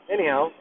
Anyhow